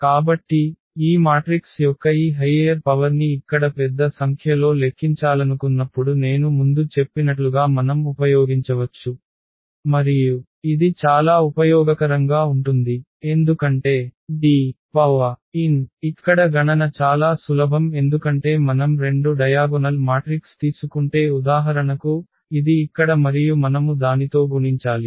కాబట్టి ఈ మాట్రిక్స్ యొక్క ఈ హైయ్యర్ పవర్ని ఇక్కడ పెద్ద సంఖ్యలో లెక్కించాలనుకున్నప్పుడు నేను ముందు చెప్పినట్లుగా మనం ఉపయోగించవచ్చు మరియు ఇది చాలా ఉపయోగకరంగా ఉంటుంది ఎందుకంటే Dn ఇక్కడ గణన చాలా సులభం ఎందుకంటే మనం 2 డయాగొనల్ మాట్రిక్స్ తీసుకుంటే ఉదాహరణకు ఇది ఇక్కడ మరియు మనము దానితో గుణించాలి